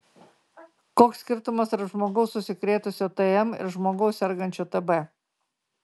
koks skirtumas tarp žmogaus užsikrėtusio tm ir žmogaus sergančio tb